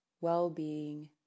well-being